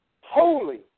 holy